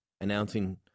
announcing